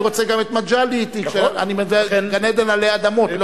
אני רוצה גם את מגלי אתי כשאני מזהה גן-עדן עלי אדמות.